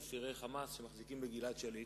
אצל אסירי "חמאס" שמחזיקים בגלעד שליט.